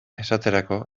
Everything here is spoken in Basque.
esaterako